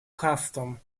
customs